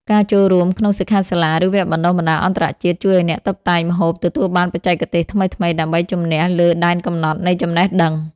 ការចូលរួមក្នុងសិក្ខាសាលា ឬវគ្គបណ្តុះបណ្តាលអន្តរជាតិជួយឱ្យអ្នកតុបតែងម្ហូបទទួលបានបច្ចេកទេសថ្មីៗដើម្បីជំនះលើដែនកំណត់នៃចំណេះដឹង។